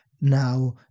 Now